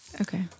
Okay